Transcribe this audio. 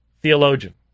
theologian